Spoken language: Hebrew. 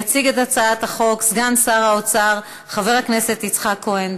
יציג את הצעת החוק סגן שר האוצר חבר הכנסת יצחק כהן,